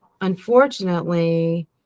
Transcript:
unfortunately